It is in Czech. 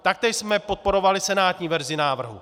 Taktéž jsme podporovali senátní verzi návrhu.